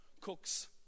cooks